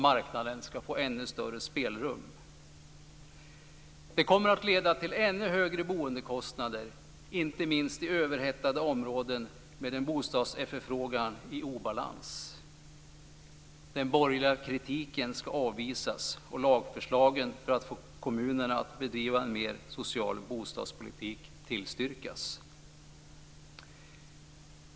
Marknaden ska få ännu större spelrum. Det kommer att leda till ännu högre boendekostnader, inte minst i överhettade områden med en bostadsefterfrågan i obalans. Den borgerliga kritiken ska avvisas och lagförslagen för att få kommunerna att bedriva en mer social bostadspolitik tillstyrkas.